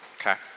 okay